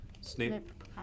Snape